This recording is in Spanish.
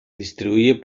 distribuye